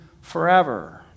forever